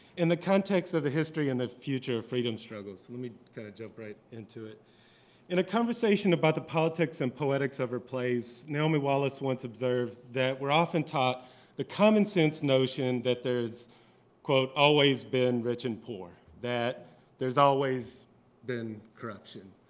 in the context of the history and the future freedom struggles let me kind of jump right into it in a conversation about the politics and poetics about her plays, naomi wallace once observed that we're often taught the common sense notion that there's quote always been rich and poor, that there's always been corruption.